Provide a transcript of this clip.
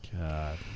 God